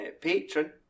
Patron